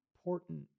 important